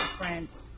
different